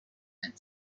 and